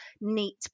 neat